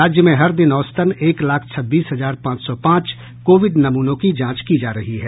राज्य में हर दिन औसतन एक लाख छब्बीस हजार पांच सौ पांच कोविड नमूनों की जांच की जा रही है